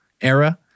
era